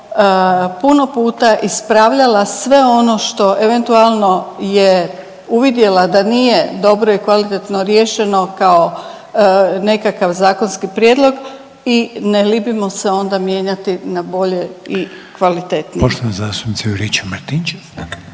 puno puta ispravljala sve ono što eventualno je uvidjela da nije dobro i kvalitetno riješeno kao nekakav zakonski prijedlog i ne libimo se onda mijenjati na bolje i kvalitetnije. **Reiner, Željko